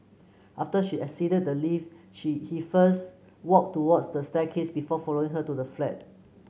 after she exited the lift she he first walked towards the staircase before following her to the flat